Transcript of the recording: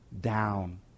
down